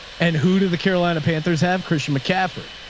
and who did the carolina panthers have? christian mccaffrey.